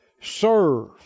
Serve